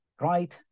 right